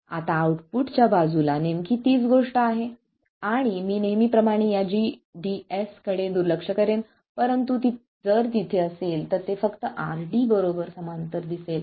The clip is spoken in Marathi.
आता आऊटपुट च्या बाजूला नेमकी तीच गोष्ट आहे आणि मी नेहमीप्रमाणे या gds कडे दुर्लक्ष करेन परंतु जर तिथे असेल तर ते फक्त RD बरोबर समांतर दिसेल